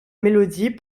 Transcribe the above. mélodie